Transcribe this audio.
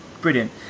brilliant